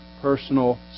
personal